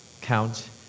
count